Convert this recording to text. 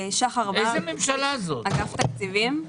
שחר בר, אגף תקציבים.